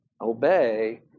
obey